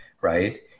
right